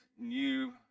new